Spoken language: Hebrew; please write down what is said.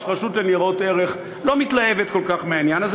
הרשות לניירות ערך לא מתלהבת כל כך מהעניין הזה,